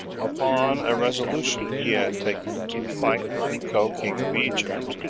upon a resolution he had taken to fight with neco king of egypt,